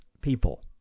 people